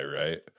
right